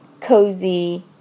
cozy